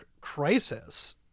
crisis